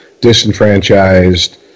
disenfranchised